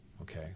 okay